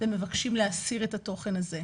ומבקשים להסיר את התוכן הזה?